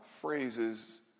phrases